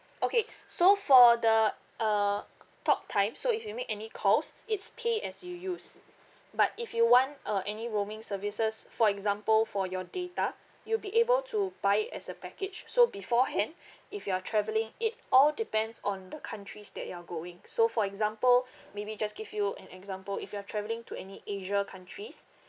okay so for the uh talk time so if you make any calls it's pay as you use but if you want uh any roaming services for example for your data you'll be able to buy it as a package so beforehand if you are travelling it all depends on the countries that you are going so for example maybe just give you an example if you are travelling to any asia countries